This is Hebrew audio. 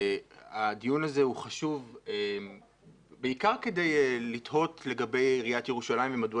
הדיון הזה הוא חשוב בעיקר כדי לתהות לגבי עיריית ירושלים ומדוע